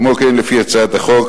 כמו כן, לפי הצעת החוק